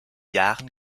jahren